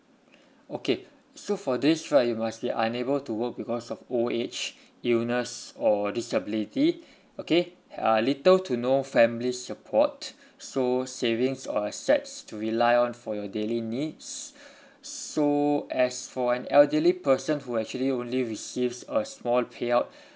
okay so for this right you must be unable to work because of old age illness or disability okay uh little to no family support so savings or assets to rely on for your daily needs so as for an elderly person who actually only receives a small payout